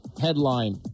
headline